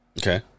Okay